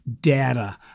data